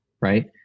right